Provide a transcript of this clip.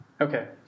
Okay